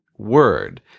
word